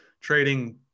Trading